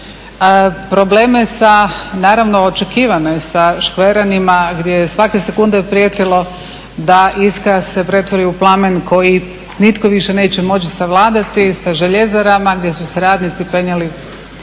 probleme naravno očekivane sa Škveranima gdje je svake sekunde prijetilo da se iskra pretvori u plamen koji nitko više neće moći savladati, sa željezarama gdje su se radnici penjali